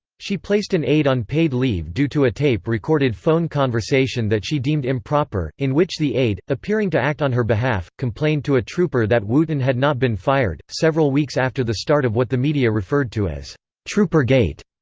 she placed an aide on paid leave due to a tape-recorded phone conversation that she deemed improper, in which the aide, appearing to act on her behalf, complained to a trooper that wooten had not been fired several weeks after the start of what the media referred to as troopergate,